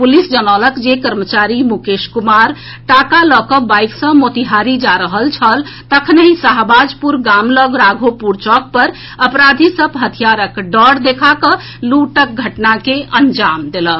police जनौलक जे कर्मचारी मुकेश कुमार टाका लऽकऽ बाइक सॅ मोतिहारी जा रहल छल तखनहि शहबाजपुर गाम लऽग राघोपुर चौक पर अपराधी सभ हथियारक डर देखाकऽ लूटक घटना के अंजाम देलक